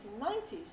1990s